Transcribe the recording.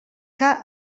que